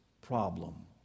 problem